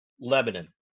Lebanon